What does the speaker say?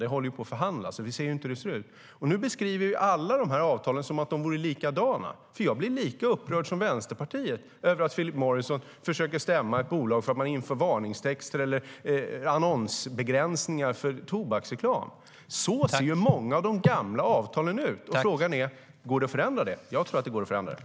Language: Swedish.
Det håller på att förhandlas, och vi ser inte hur det ser ut. Nu beskriver alla de här avtalen som att de vore likadana.